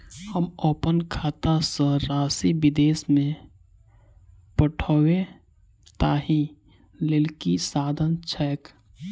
हम अप्पन खाता सँ राशि विदेश मे पठवै ताहि लेल की साधन छैक?